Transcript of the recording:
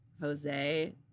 Jose